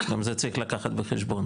גם את זה צריך לקחת בחשבון.